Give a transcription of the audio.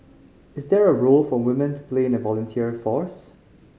is there a role for women to play in the volunteer force